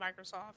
Microsoft